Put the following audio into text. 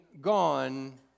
gone